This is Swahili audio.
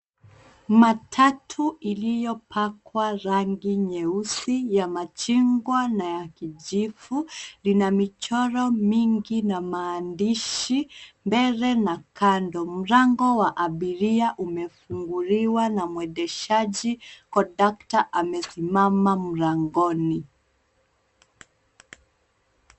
Matatu iliyopakwa rangi nyeusi, ya machungwa na ya kijivu lina michoro mingi na maandishi mbele na kando. Mlango wa abiria umefunguliwa na mwendeshaji kondakta amesimama mlangoni.